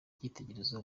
icyitegererezo